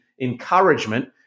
encouragement